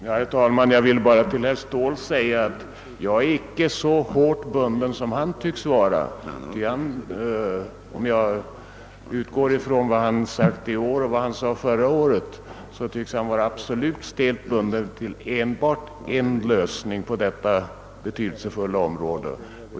Herr talman! Jag vill bara till herr Ståhl säga att jag icke är så hårt bunden som han tycks vara. Om jag utgår från vad han sagt i år och vad han sade förra året finner jag att han tycks vara synnerligen stelt knuten till enbart en lösning på detta betydektsefulla område.